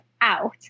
out